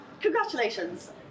Congratulations